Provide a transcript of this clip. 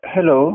Hello